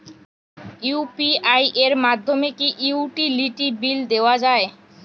UPI এর মাধ্যমে কি ইউটিলিটি বিল দেওয়া যায়?